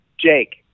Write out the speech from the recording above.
Jake